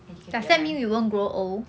and you can be a